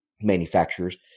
manufacturers